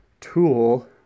tool